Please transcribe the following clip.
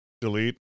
delete